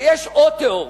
שיש עוד תיאוריות.